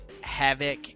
havoc